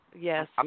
Yes